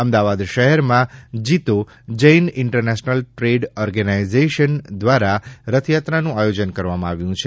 અમદાવાદ શહેરમાં જીનો Jain International Trade Organization દ્વારા રથયાત્રાનું આયોજન કરવામાં આવ્યું છે